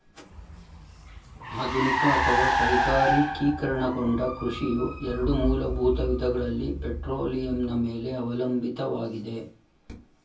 ಆಧುನಿಕ ಅಥವಾ ಕೈಗಾರಿಕೀಕರಣಗೊಂಡ ಕೃಷಿಯು ಎರಡು ಮೂಲಭೂತ ವಿಧಗಳಲ್ಲಿ ಪೆಟ್ರೋಲಿಯಂನ ಮೇಲೆ ಅವಲಂಬಿತವಾಗಿದೆ